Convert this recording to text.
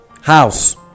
house